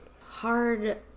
Hard